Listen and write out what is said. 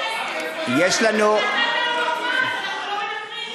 יש לנו, נתת לנו מחמאה, אז אנחנו לא מוותרים.